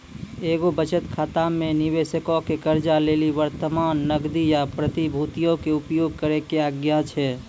एगो बचत खाता मे निबेशको के कर्जा लेली वर्तमान नगदी या प्रतिभूतियो के उपयोग करै के आज्ञा छै